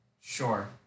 Sure